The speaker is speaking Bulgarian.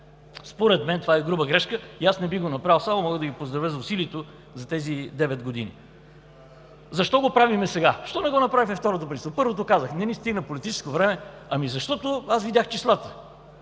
според мен това е груба грешка и аз не бих го направил, само мога да ги поздравя за усилията за тези 9 години. Защо го правим сега? Защо не го направихме при второто правителство? При първото – казах, не ни стигна политическо време. Ами защото аз видях числата.